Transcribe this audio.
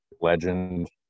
Legend